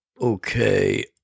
Okay